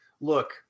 look